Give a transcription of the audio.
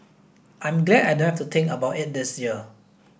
I'm glad I don't have to think about it this year